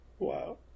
Wow